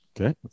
okay